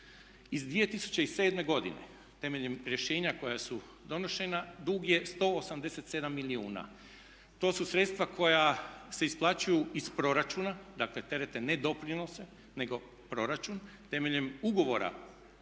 iz 2007. godine temeljem rješenja koja su donošena dug je 187 milijuna. To su sredstva koja se isplaćuju iz proračuna, dakle terete ne doprinose nego proračun temeljem ugovora